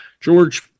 George